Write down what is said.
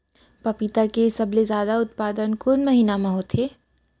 पपीता के सबले जादा उत्पादन कोन महीना में होथे?